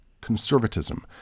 Conservatism